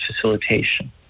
facilitation